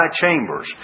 chambers